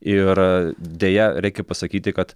ir deja reikia pasakyti kad